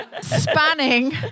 spanning